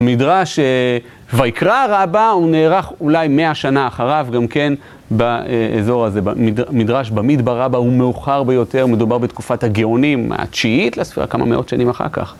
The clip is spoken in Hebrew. מדרש ויקרא רבא, הוא נערך אולי מאה שנה אחריו, גם כן באזור הזה. מדרש במדבר רבא הוא מאוחר ביותר, מדובר בתקופת הגאונים, התשיעית לספירה, כמה מאות שנים אחר כך.